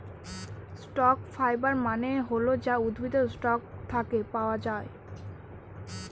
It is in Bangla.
স্টক ফাইবার মানে হল যা উদ্ভিদের স্টক থাকে পাওয়া যায়